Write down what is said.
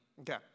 Okay